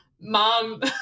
mom